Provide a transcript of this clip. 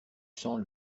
sang